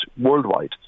worldwide